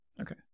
Okay